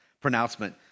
pronouncement